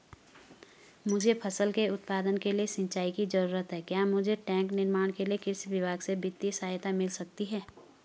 मुझे फसल के उत्पादन के लिए सिंचाई की जरूरत है क्या मुझे टैंक निर्माण के लिए कृषि विभाग से वित्तीय सहायता मिल सकती है?